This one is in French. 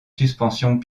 suspensions